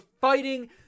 fighting